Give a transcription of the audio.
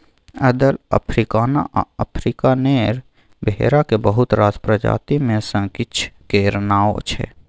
अदल, अफ्रीकाना आ अफ्रीकानेर भेराक बहुत रास प्रजाति मे सँ किछ केर नाओ छै